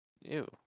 Ew